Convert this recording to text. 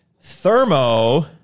thermo